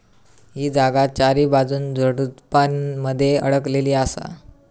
ही जागा चारीबाजून झुडपानमध्ये अडकलेली असा